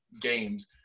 games